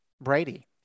Brady